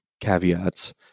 caveats